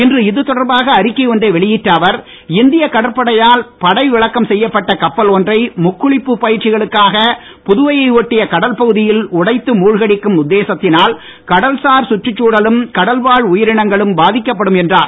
இன்று இது தொடர்பாக அறிக்கை ஒன்றை வெளியிட்ட அவர் இந்திய கடற்படையால் படை விலக்கம் செய்யப்பட்ட கப்பல் ஒன்றை முக்குளிப்பு பயிற்சிகளுக்காக புதுவையை ஒட்டிய கடல்பகுதியில் உடைத்து மூழகடிக்கும் உத்தேசத்தினால் கடல்சார் கற்றுச்சூழலும் கடல்வாழ் உயிரினங்களும் பாதிக்கப்படும் என்றார்